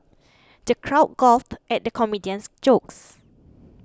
the crowd guffawed at the comedian's jokes